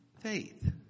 faith